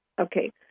okay